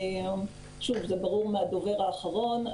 שוב, זה ברור מהדובר האחרון.